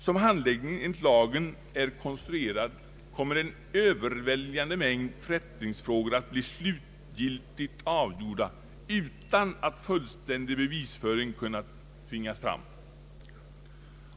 Som handläggningen enligt lagen är konstruerad kommer en överväldigande mängd förrättningsfrågor att bli slutgiltigt avgjorda utan att fullständig bevisföring kunnat tvingas fram.